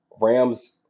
Rams